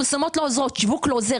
פרסומות לא עוזר, שיווק לא עוזר.